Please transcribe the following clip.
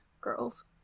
girls